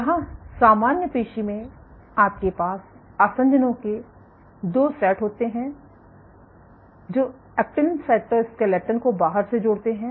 यहाँ से सामान्य पेशी में आपके पास आसंजनों के 2 सेट होते हैं जो एक्टिन साइटोस्केलेटन को बाहर से जोड़ते हैं